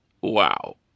Wow